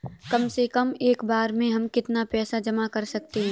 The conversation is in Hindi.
कम से कम एक बार में हम कितना पैसा जमा कर सकते हैं?